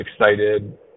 excited